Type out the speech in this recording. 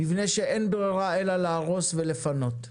מבנה שאין ברירה אלא להרוס ולפנות.